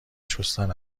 شستن